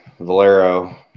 Valero